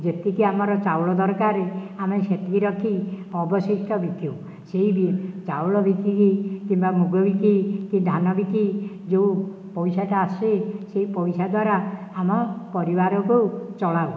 ଯେତିକି ଆମର ଚାଉଳ ଦରକାର ଆମେ ସେତିକି ରଖି ଅବଶିଷ୍ଟ ବିକୁ ସେଇ ଚାଉଳ ବିକି କିମ୍ବା ମୁଗ ବିକି କି ଧାନ ବିକି ଯେଉଁ ପଇସାଟା ଆସେ ସେଇ ପଇସା ଦ୍ୱାରା ଆମ ପରିବାରକୁ ଚଳାଉ